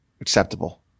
acceptable